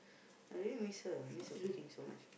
I really miss her I miss her cooking so much